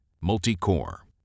Multi-core